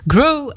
Grow